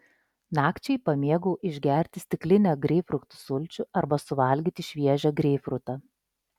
nakčiai pamėgau išgerti stiklinę greipfrutų sulčių arba suvalgyti šviežią greipfrutą